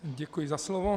Děkuji za slovo.